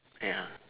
ya